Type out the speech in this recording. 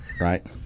Right